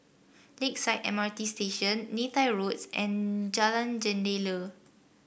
Lakeside M R T Station Neythai Road and Jalan Jendela